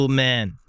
man